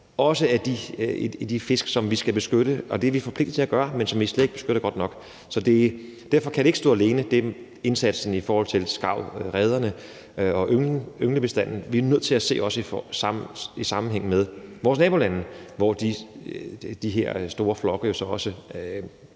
også af de fisk, som vi skal beskytte – det er vi forpligtet til at gøre – men som vi slet ikke beskytter godt nok. Så derfor kan indsatsen i forhold til skarvrederne og ynglebestanden ikke stå alene. Vi er også nødt til at se det i sammenhæng med vores nabolande, hvor de her store flokke jo